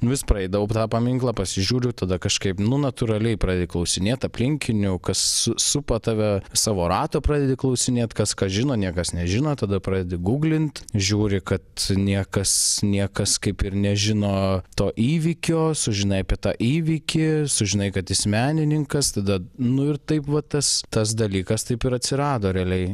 vis praeidavau tą paminklą pasižiūriu tada kažkaip nu natūraliai pradeda klausinėti aplinkinių kas supa tave savo rato pradedi klausinėti kas kas žino niekas nežino tada pradedi guglinti žiūri kad niekas niekas kaip ir nežino to įvykio sužinai apie tą įvykį sužinai kad jis menininkas tada nu ir taip va tas tas dalykas taip ir atsirado realiai